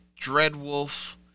Dreadwolf